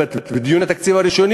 ובדיוני התקציב הראשונים,